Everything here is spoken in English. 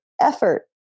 effort